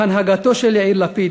בהנהגתו של יאיר לפיד,